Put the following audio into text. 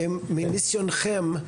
מניסיונכם,